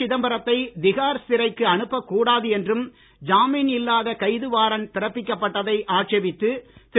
சிதம்பரத்தை திஹார் சிறைக்கு அனுப்பக் கூடாது என்றும் ஜாமீன் இல்லாத கைது வாரண்ட் பிறப்பிக்கப்பட்டதை ஆட்சேபித்து திரு